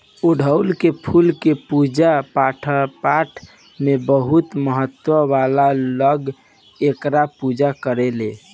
अढ़ऊल के फूल के पूजा पाठपाठ में बहुत महत्व बा लोग एकर पूजा करेलेन